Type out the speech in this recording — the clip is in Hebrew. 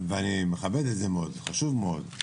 ואני מכבד את זה מאוד, זה חשוב מאוד.